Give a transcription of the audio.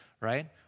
right